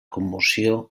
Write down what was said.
commoció